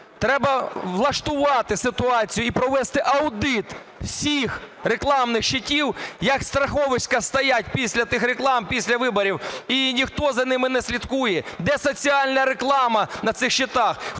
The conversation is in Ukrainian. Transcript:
Треба влаштувати ситуацію і провести аудит всіх рекламних щитів, як страховиська, стоять після тих реклам після виборів, і ніхто за ними не слідкує. Де соціальна реклама на цих щитах?